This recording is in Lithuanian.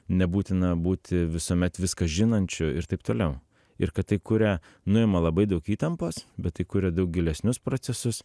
nebūtina būti visuomet viską žinančiu ir taip toliau ir kad tai kuria nuima labai daug įtampos bet tai kuria daug gilesnius procesus